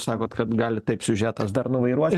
sakot kad gali taip siužetas dar nuvairuoti